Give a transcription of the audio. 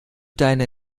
deine